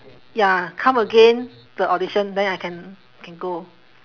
ya come again the audition then I can can go